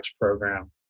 program